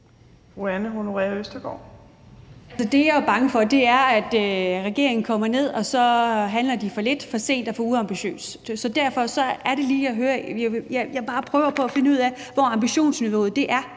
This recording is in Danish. som jeg er bange for, er jo, at regeringen kommer derned og så handler for lidt, for sent og for uambitiøst. Så derfor er det bare lige, jeg prøver på at finde ud af, hvor ambitionsniveauet er